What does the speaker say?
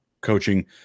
coaching